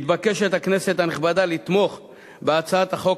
מתבקשת הכנסת הנכבדה לתמוך בהצעת החוק